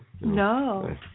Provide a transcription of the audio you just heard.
No